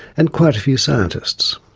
and quite a few scientists.